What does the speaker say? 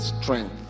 strength